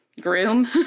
groom